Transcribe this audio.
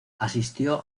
asistió